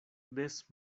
des